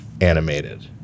animated